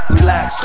Relax